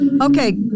okay